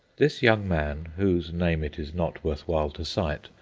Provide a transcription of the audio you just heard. this young man, whose name it is not worth while to cite,